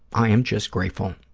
i am just grateful.